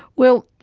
well,